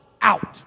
out